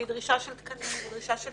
שהיא דרישה של תקנים ושל כסף,